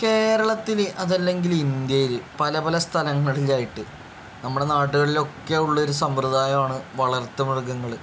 കേരളത്തിൽ അത് അല്ലെങ്കിൽ ഇന്ത്യയിൽ പല പല സ്ഥലങ്ങളിലായിട്ട് നമ്മുടെ നാടുകളിലൊക്കെ ഉള്ള ഒരു സമ്പ്രദായമാണ് വളർത്ത മൃഗങ്ങൾ